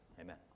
Amen